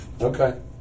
okay